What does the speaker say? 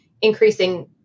increasing